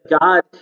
God